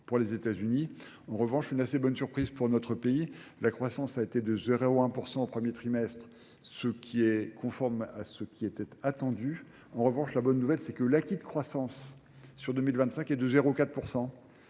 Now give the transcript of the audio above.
En revanche, une assez bonne surprise pour notre pays. La croissance a été de 0,1% au premier trimestre, ce qui est conforme à ce qui était attendu. En revanche, la bonne nouvelle, c'est que l'acquis de croissance sur 2025 est de 0,4%.